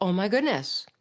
um my goodness.